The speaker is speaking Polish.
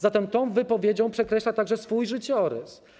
Zatem tą wypowiedzią przekreśla także swój życiorys.